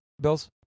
Bills